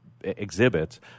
exhibits